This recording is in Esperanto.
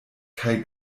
kaj